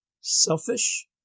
selfish